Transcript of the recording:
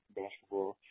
basketball